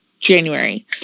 January